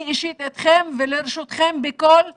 אני אישית איתכם ולרשותכם בכל מאבק.